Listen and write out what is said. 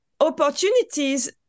opportunities